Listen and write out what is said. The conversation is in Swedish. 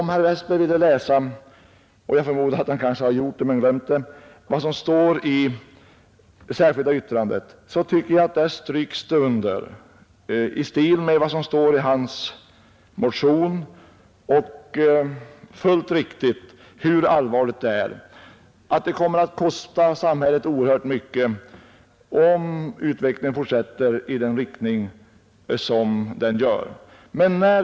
Om herr Westberg i Ljusdal ville läsa vad som står i det särskilda yttrandet — jag förmodar att han har gjort det men kanske glömt innehållet — skulle han finna att där stryks under, i stil med vad som står i hans motion och fullt riktigt, hur allvarligt läget är och att det kommer att kosta samhället oerhört mycket om utvecklingen fortsätter i samma riktning som nu.